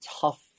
tough